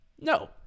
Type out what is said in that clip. No